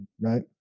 right